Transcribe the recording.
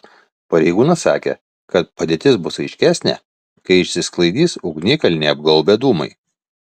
pareigūnas sakė kad padėtis bus aiškesnė kai išsisklaidys ugnikalnį apgaubę dūmai